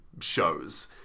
shows